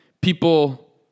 people